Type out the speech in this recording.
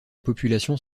populations